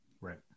right